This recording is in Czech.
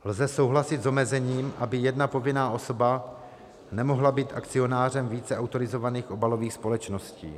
Lze souhlasit s omezením, aby jedna povinná osoba nemohla být akcionářem více autorizovaných obalových společností.